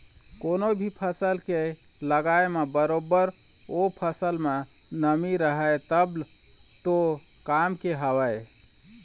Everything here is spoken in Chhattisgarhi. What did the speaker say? कोनो भी फसल के लगाय म बरोबर ओ फसल म नमी रहय तब तो काम के हवय